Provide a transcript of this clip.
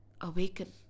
Awaken